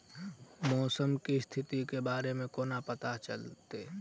मौसम केँ स्थिति केँ बारे मे कोना पत्ता चलितै?